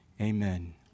amen